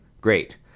Great